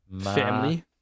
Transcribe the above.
family